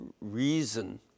reason